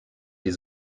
die